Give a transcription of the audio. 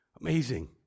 Amazing